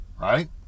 right